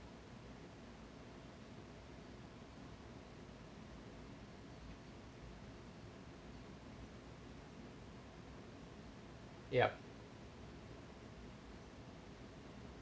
yup